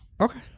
Okay